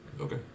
okay